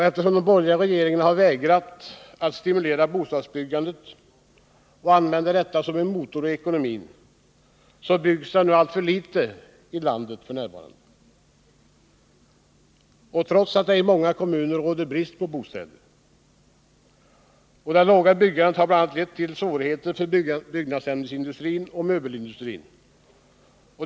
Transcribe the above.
Eftersom de borgerliga regeringarna har vägrat att stimulera bostadsbyggandet och använda detta som motor i ekonomin, byggs det för litet i landet f. n., trots att det i många kommuner råder brist på bostäder. Det obetydliga byggandet har lett till svårigheter för bl.a. byggnadsämnesindustrin och möbelindustrin.